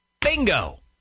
bingo